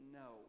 no